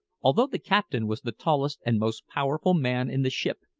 although the captain was the tallest and most powerful man in the ship,